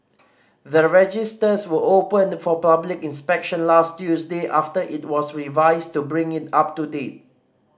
the registers were opened for public inspection last Tuesday after it was revised to bring it up to date